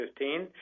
2015